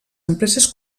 empreses